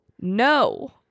No